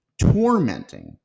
tormenting